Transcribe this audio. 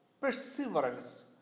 perseverance